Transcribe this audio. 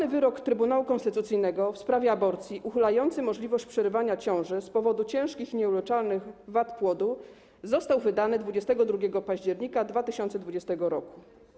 Tzw. wyrok Trybunału Konstytucyjnego w sprawie aborcji uchylający możliwość przerywania ciąży z powodu ciężkich i nieuleczalnych wad płodu został wydany 22 października 2020 r.